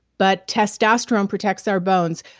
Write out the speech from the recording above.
but testosterone protects our bones.